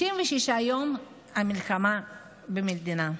96 יום למלחמה במדינה,